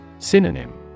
Synonym